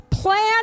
plan